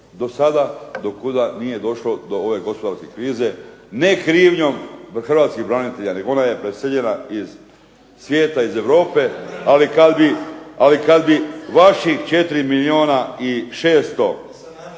Do sada do kuda nije došlo do ove gospodarske krize ne krivnjom hrvatskih branitelja, nego ona je preseljena iz svijeta, iz Europe. Ali kad bi vaših 4 milijuna i 600